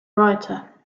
writer